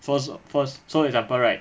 first of first so example right